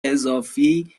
اضافی